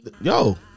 Yo